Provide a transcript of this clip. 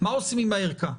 מה עושים עם הערכה.